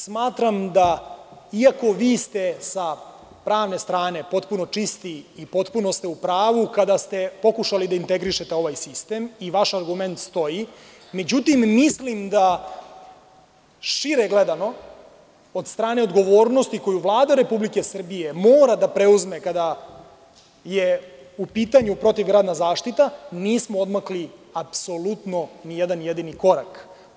Smatram da, iako ste vi sa pravne strane potpuno čisti i potpuno ste u pravu kada ste pokušali da integrišete ovaj sistem i vaš argument stoji, međutim mislim da, šire gledano, od strane odgovornosti koju Vlada Republike Srbije mora da preuzme, kada je u pitanju protivgradna zaštita, nismo odmakli apsolutno nijedan jedini korak.